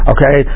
Okay